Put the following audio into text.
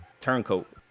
turncoat